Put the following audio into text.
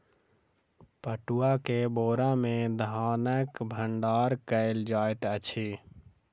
पटुआ के बोरा में धानक भण्डार कयल जाइत अछि